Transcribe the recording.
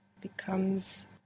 becomes